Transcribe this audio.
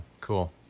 cool